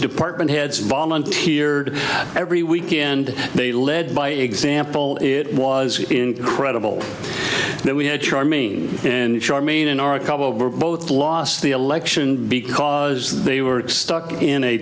department heads volunteered every weekend they led by example it was incredible that we had charmaine and charmaine in our cover over both lost the election because they were stuck in a